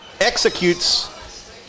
executes